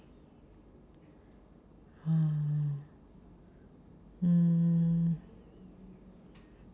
mm mm